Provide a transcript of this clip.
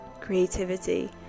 creativity